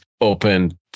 open